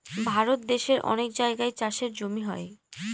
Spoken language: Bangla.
ভারত দেশের অনেক জায়গায় চাষের জমি হয়